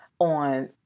on